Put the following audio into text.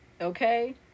Okay